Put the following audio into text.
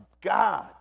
God